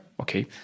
okay